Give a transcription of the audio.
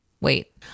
wait